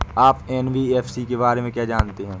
आप एन.बी.एफ.सी के बारे में क्या जानते हैं?